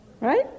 Right